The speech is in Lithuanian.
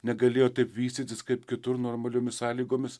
negalėjo taip vystytis kaip kitur normaliomis sąlygomis